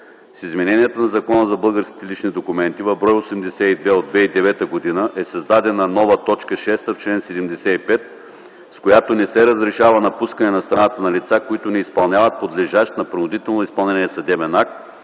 С измененията на Закона за българските лични документи в „Държавен вестник”, бр. 82 от 2009 г. е създадена нова т. 6 в чл.75, с която не се разрешава напускане на страната на лица, които не изпълняват подлежащ на принудително изпълнение съдебен